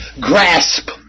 grasp